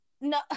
no